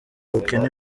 bukene